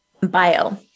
bio